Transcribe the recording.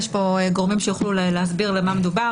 יש פה גורמים שיוכלו אולי להסביר במה מדובר.